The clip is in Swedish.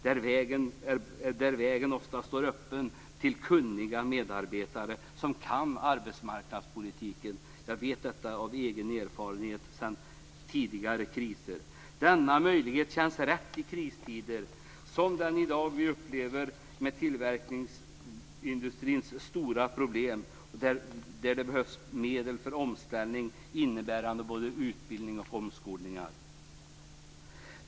Där står vägen ofta öppen till kunniga medarbetare som kan arbetsmarknadspolitiken. Jag vet detta av egen erfarenhet sedan tidigare kriser. Denna möjlighet känns rätt i kristider som den vi upplever i dag med tillverkningsindustrins stora problem. Det behövs medel för omställning innebärande både utbildning och omskolning.